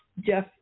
Jeff